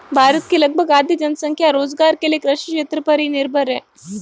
भारत की लगभग आधी जनसंख्या रोज़गार के लिये कृषि क्षेत्र पर ही निर्भर है